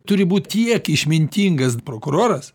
turi būti tiek išmintingas prokuroras